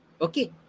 Okay